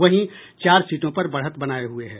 वहीं चार सीटों पर बढ़त बनाये हुये हैं